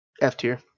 F-tier